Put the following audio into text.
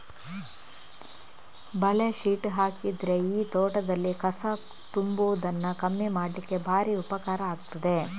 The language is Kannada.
ಬಲೆ ಶೀಟ್ ಹಾಕಿದ್ರೆ ಈ ತೋಟದಲ್ಲಿ ಕಸ ತುಂಬುವುದನ್ನ ಕಮ್ಮಿ ಮಾಡ್ಲಿಕ್ಕೆ ಭಾರಿ ಉಪಕಾರ ಆಗ್ತದೆ